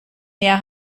mir